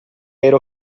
ero